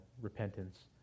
repentance